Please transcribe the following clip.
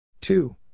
two